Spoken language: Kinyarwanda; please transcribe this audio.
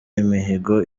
imihigo